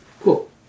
Cool